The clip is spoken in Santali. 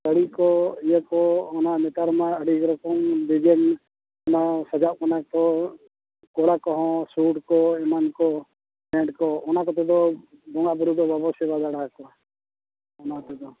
ᱥᱟᱹᱲᱤ ᱠᱚ ᱤᱭᱟᱹ ᱠᱚ ᱚᱱᱟ ᱱᱮᱛᱟᱨ ᱢᱟ ᱟᱹᱰᱤ ᱨᱚᱠᱚᱢ ᱰᱤᱡᱟᱭᱤᱱ ᱚᱱᱟ ᱥᱟᱡᱟᱜ ᱠᱟᱱᱟ ᱠᱚ ᱠᱚᱲᱟ ᱠᱚᱦᱚᱸ ᱥᱩᱴ ᱠᱚ ᱮᱢᱟᱱ ᱠᱚ ᱯᱮᱱᱴ ᱠᱚ ᱚᱱᱟ ᱠᱚᱛᱮᱫᱚ ᱵᱚᱸᱜᱟ ᱵᱩᱨᱩ ᱫᱚ ᱵᱟᱵᱚ ᱥᱮᱵᱟ ᱵᱟᱲᱟ ᱠᱚᱣᱟ ᱚᱱᱟᱛᱮᱫᱚ